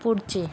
पुढचे